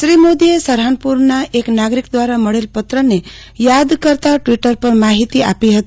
શ્રી મોદીએ સહરાનપુરના એક નાગરિક દ્વારા મળેલ પત્રને યાદ કરતાં આજે સવારે ટ્રવીટર પર આ માહિતી આપી હતી